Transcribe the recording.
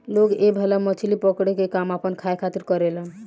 लोग ए भाला से मछली पकड़े के काम आपना खाए खातिर करेलेन